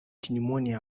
pneumonia